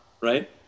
Right